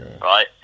right